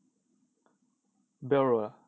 belt road ah